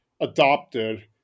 adopted